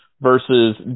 versus